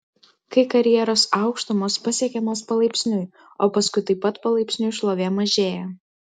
kai karjeros aukštumos pasiekiamos palaipsniui o paskui taip pat palaipsniui šlovė mažėja